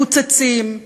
מקוצצים,